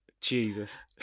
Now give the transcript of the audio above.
Jesus